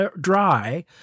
dry